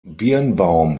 birnbaum